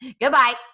Goodbye